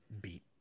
beat